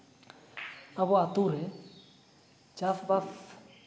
ᱟᱵᱚᱣᱟᱜ ᱟᱛᱳ ᱨᱮ ᱪᱟᱥᱼᱵᱟᱥ